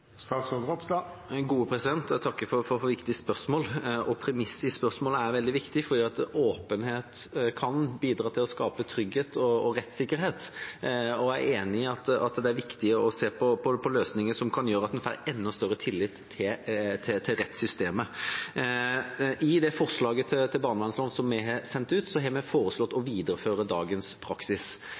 Jeg takker for et viktig spørsmål. Premisset i spørsmålet er veldig viktig fordi åpenhet kan bidra til å skape trygghet og rettssikkerhet. Jeg er enig i at det er viktig å se på løsninger som kan gjøre at man får enda større tillit til rettssystemet. I forslaget til barnevernslov som vi har sendt ut, har vi foreslått å videreføre dagens praksis.